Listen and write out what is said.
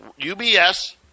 UBS